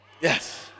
Yes